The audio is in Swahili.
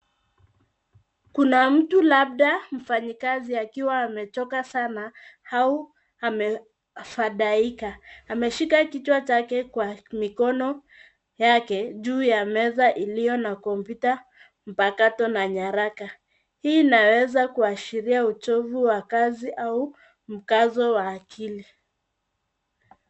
Kuna mtu labda mfanyakazi akiwa amechoka sana au amefadhaika. Ameshika kichwa chake kwa mikono yake juu ya meza iliyo na kompyuta mpakato na nyaraka. Hii inaweza kuashiria uchovu wa kazi au mkazo wa akili.